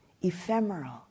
ephemeral